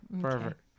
perfect